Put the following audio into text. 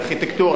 לארכיטקטורה,